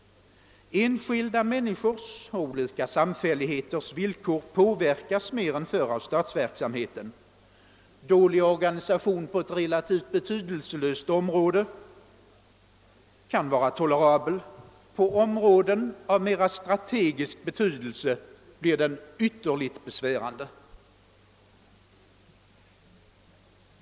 Enskilda människors och olika samfälligheters villkor påverkas mer än förr av statsverksamheten. Dålig organisation på ett relativt betydelselöst område kan vara tolerabel. På områden av mera strategisk betydelse blir den ytterligt besvärande.